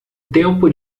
tempo